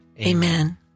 Amen